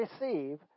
receive